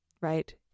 right